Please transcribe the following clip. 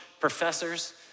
professors